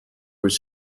was